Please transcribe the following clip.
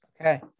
Okay